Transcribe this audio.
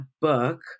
book